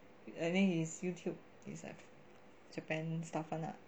I think his youtube is Japan stuff [one] lah